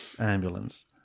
ambulance